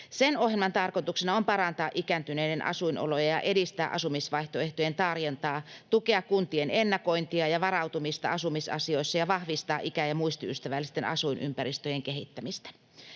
Sen ohjelman tarkoituksena on parantaa ikääntyneiden asuinoloja ja edistää asumisvaihtoehtojen tarjontaa, tukea kuntien ennakointia ja varautumista asumisasioissa ja vahvistaa ikä- ja muistiystävällisten asuinympäristöjen kehittämistä.